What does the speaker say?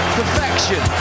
perfection